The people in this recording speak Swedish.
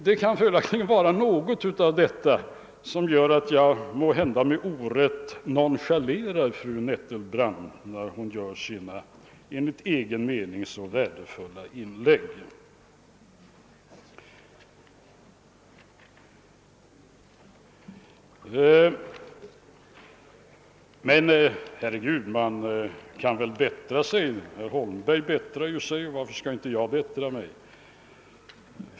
Det kan vara av dessa orsaker som jag — måhända med orätt — nonchalerar fru Nettelbrandts enligt hennes egen mening så värdefulla inlägg. Men man kan vil bättra sig. Herr Holmberg bättrar sig — varför skulle inte jag kunna bättra mig?